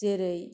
जेरै